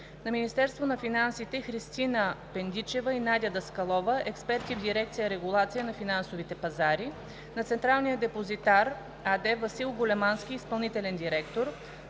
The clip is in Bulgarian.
на Министерството на финансите: Христина Пендичева и Надя Даскалова – експерти в дирекция „Регулация на финансовите пазари“; на „Централния депозитар“ АД: Васил Големански – изпълнителен директор,